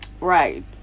right